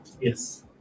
Yes